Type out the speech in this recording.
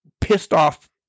pissed-off